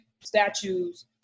statues